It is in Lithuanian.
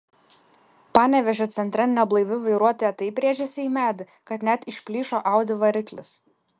panevėžio centre neblaivi vairuotoja taip rėžėsi į medį kad net išplyšo audi variklis